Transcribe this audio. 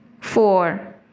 Four